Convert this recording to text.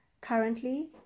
Currently